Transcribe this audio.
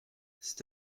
cet